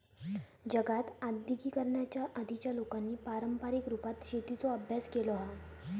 जगात आद्यिगिकीकरणाच्या आधीच्या लोकांनी पारंपारीक रुपात शेतीचो अभ्यास केलो हा